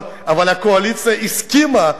אבל הקואליציה הסכימה.